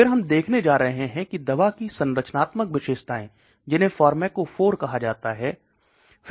फिर हम देखने जा रहे हैं दवा की संरचनात्मक विशेषताएं जिन्हें फार्माकोफोर कहा जाता है